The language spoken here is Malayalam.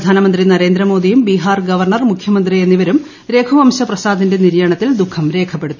പ്രധാനമന്ത്രി നരേന്ദ്രമോദിയും ബീഹാർ ഗവർണർ മുഖ്യമന്ത്രി എന്നിവരും രഘുവംശ പ്രസാദിന്റെ നിര്യാണത്തിൽ ദുഖം രേഖപ്പെടുത്തി